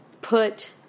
put